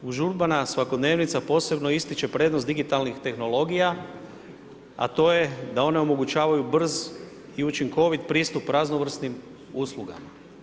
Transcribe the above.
Užurbana svakodnevnica posebno ističe prednost digitalnih tehnologija a to je da one omogućavaju brz i učinkovit pristup raznovrsnim uslugama.